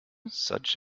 such